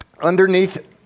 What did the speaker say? Underneath